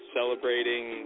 celebrating